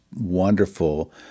wonderful